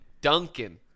Duncan